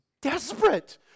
desperate